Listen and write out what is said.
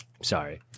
sorry